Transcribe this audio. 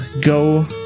go